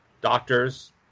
doctors